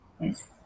Yes